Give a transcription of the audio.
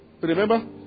Remember